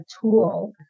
tool